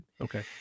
Okay